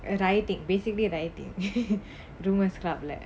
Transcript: rioting basically rioting rumours club like